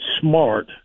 smart